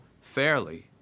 fairly